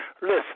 Listen